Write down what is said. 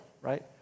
right